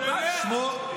תלך להיות סטנדאפיסט.